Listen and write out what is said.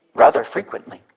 rather frequently